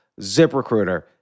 ZipRecruiter